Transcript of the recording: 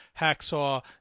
Hacksaw